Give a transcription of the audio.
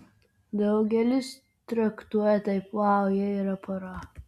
daugelis traktuoja taip vau jie yra pora